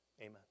amen